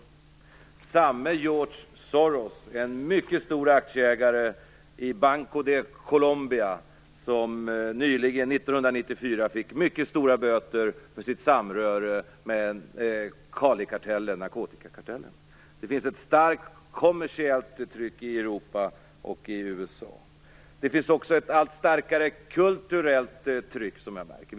Detta är samme George Soros, en mycket stor aktieägare i Banco de Colombia, som nyligen, 1994, fick mycket stora böter för sitt samröre med en narkotikakartell. Det finns ett starkt kommersiellt tryck i Europa och i USA. Det finns också ett allt starkare kulturellt tryck som jag märker.